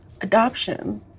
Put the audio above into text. adoption